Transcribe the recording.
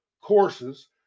courses